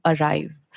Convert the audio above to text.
arrive